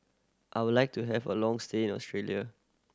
I would like to have a long stay in Australia